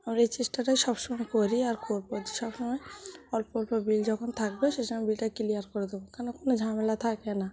আমরা এই চেষ্টাটাই সবসময় করি আর করব যে সবসময় অল্প অল্প বিল যখন থাকবে সে সময় বিলটা ক্লিয়ার করে দেবো কেন কোনো ঝামেলা থাকে না